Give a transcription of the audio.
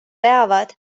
peavad